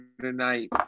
tonight